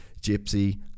Gypsy